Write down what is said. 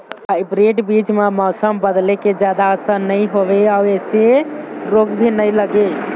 hybrid बीज म मौसम बदले के जादा असर नई होवे अऊ ऐमें रोग भी नई लगे